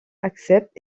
accepte